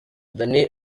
danny